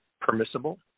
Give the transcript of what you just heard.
permissible